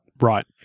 Right